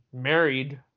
married